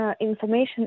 Information